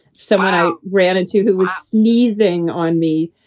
so i ran into who was sneezing on me,